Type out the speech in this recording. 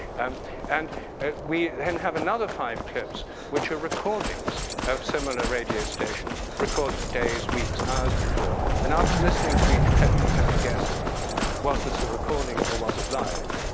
and and we then have another five clips which are recordings of similar radio stations, recorded days, weeks, hours before. and after listening to each clip, you have to guess was this a recording or was it live.